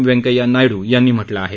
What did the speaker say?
व्यंकय्या नायडू यांनी म्हटलं आहे